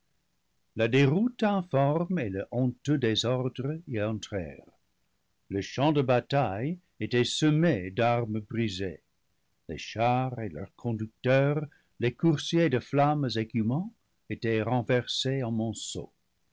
la déroute informe et le honteux désordre y entrèrent le champ de bataille était semé d'armes brisées les chars et leurs conducteurs les coursiers de flammes écumants étaient renversés en monceaux